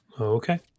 Okay